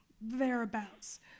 thereabouts